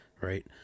Right